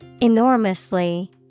Enormously